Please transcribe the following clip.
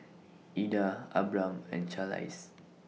Eda Abram and Charlize